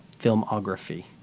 Filmography